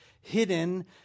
hidden